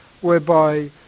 whereby